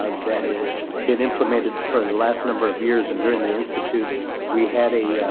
ah that is been implemented for the last number of years and during the institute we had a,